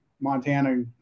Montana